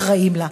אחראים לה,